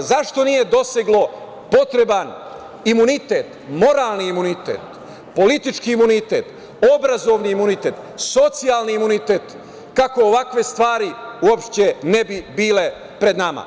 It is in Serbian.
zašto nije doseglo potreban imunitet, moralni imunitet, politički imunitet, obrazovni imunitet, socijalni imunitet kako ovakve stvari uopšte ne bi bile pred nama.